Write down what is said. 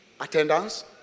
attendance